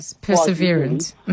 Perseverance